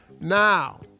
Now